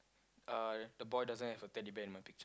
uh the boy doesn't have a Teddy Bear in my picture